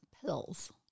pills